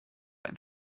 ein